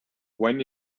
when